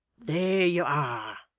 there you are.